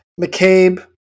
McCabe